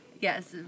yes